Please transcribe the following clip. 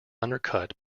undercut